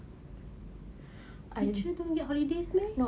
teaching don't get holidays meh